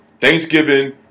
Thanksgiving